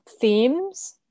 themes